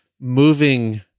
moving